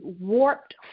warped